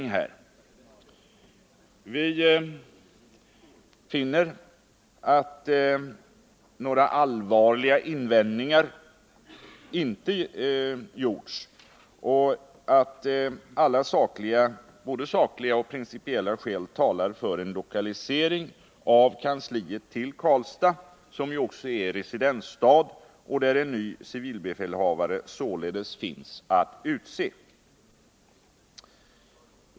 Vi finner att några allvarliga invändningar inte gjorts och att både sakliga och principiella skäl talar för en lokalisering av kansliet till Karlstad. Karlstad är ju också residensstad, och där finns en ny civilbefälhavare att utse.